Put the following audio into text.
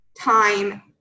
time